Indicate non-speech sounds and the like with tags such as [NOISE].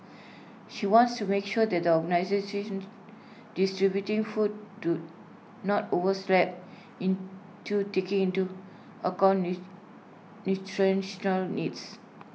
she wants to make sure that organisations distributing food do not overs lap into take into account [UNINTELLIGIBLE] nutritional needs